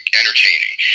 entertaining